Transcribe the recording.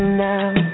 now